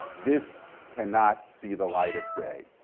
this cannot see the light of day.